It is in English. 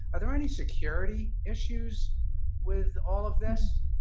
are there any security issues with all of this?